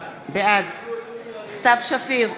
בעד סתיו שפיר,